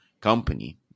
company